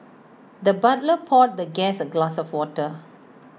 the butler poured the guest A glass of water